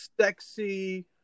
sexy